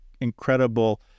incredible